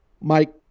Mike